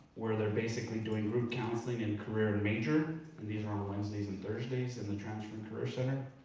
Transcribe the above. where they're basically doing route counseling and career and major. and these are on wednesdays and thursdays in the transfer and career center.